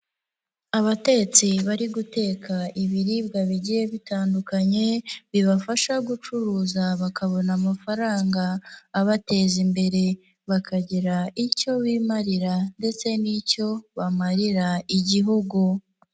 Abatetsi bari guteka ibiribwa bigiye bitandukanye, bibafasha gucuruza bakabona amafaranga abateza imbere, bakagira icyo bimarira ndetse n'icyo bamarira igihugu.